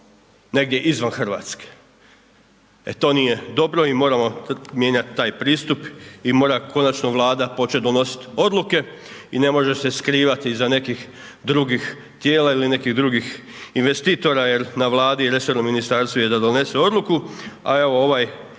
negdje izvan Hrvatske. E, eto nije dobro i moramo mijenjati taj pristup i mora konačno Vlada donositi odluke i ne može se skrivati iza nekih drugih tijela ili nekih drugih investitora jer na Vladi i resornom ministarstvu je da donese odluku, a evo, ovaj